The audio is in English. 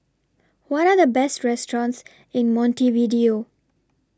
What Are The Best restaurants in Montevideo